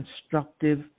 constructive